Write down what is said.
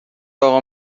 اقا